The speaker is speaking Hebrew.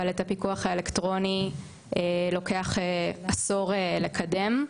אבל את הפיקוח האלקטרוני לוקח עשור לקדם,